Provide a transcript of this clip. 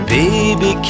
baby